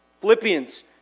Philippians